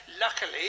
Luckily